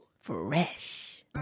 Fresh